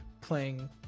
playing